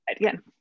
again